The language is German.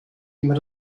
immer